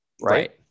Right